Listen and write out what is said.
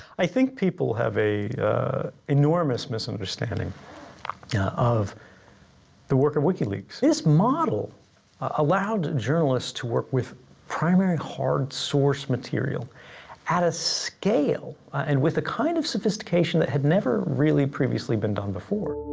i think people have an enormous misunderstanding of the work of wikileaks. this model allowed journalists to work with primary hard-source material at a scale and with the kind of sophistication that had never really previously been done before.